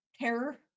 Terror